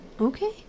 Okay